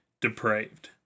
depraved